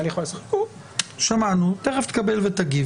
שמענו, תיכף תגיב.